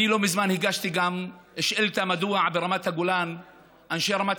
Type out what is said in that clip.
לא מזמן הגשתי גם שאילתה מדוע אנשי רמת